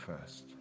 first